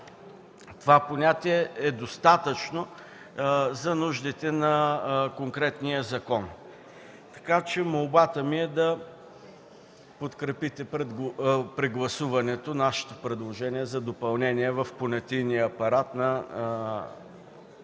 че то е достатъчно за нуждите на конкретния закон. Молбата ми е да подкрепите при гласуването нашето предложение за допълнение в понятийния апарат на